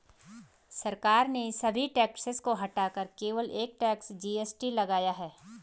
सरकार ने सभी टैक्सेस को हटाकर केवल एक टैक्स, जी.एस.टी लगाया है